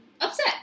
upset